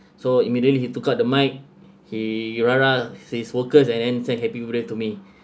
so immediately he took out the mic he his workers and then say happy birthday to me